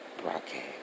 broadcast